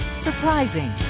Surprising